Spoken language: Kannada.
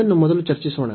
ಇದನ್ನು ಮೊದಲು ಚರ್ಚಿಸೋಣ